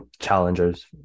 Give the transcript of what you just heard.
challengers